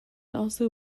also